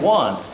one